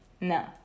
no